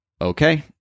Okay